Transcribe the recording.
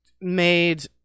made